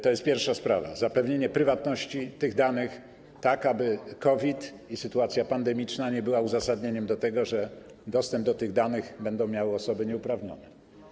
To jest pierwsza sprawa: zapewnienie prywatności tych danych tak, aby COVID, sytuacja pandemiczna nie była uzasadnieniem tego, że dostęp do tych danych będą miały osoby nieuprawnione.